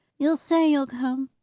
you'll say you'll come?